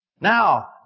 Now